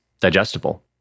digestible